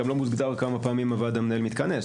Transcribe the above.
גם לא מוגדר כמה פעמים הוועד המנהל מתכנס.